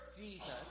Jesus